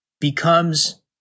becomes